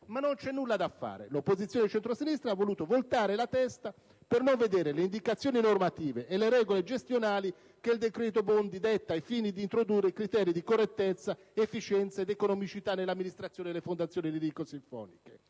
Ma non c'è nulla da fare: l'opposizione di centrosinistra ha voluto voltare la testa per non vedere le indicazioni normative e le regole gestionali che il decreto-legge Bondi detta ai fini di introdurre criteri di correttezza, efficienza ed economicità nell'amministrazione delle fondazioni lirico-sinfoniche.